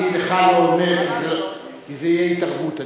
אני בכלל לא עונה, זאת תהיה התערבות.